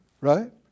Right